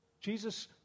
Jesus